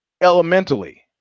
elementally